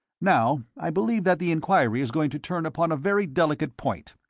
now, i believe that the enquiry is going to turn upon a very delicate point.